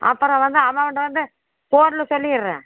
அப்புறம் வந்து அமௌண்ட் வந்து ஃபோனில் சொல்லிடுறேன்